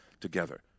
together